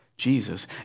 Jesus